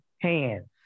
hands